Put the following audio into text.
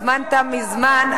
הזמן תם מזמן.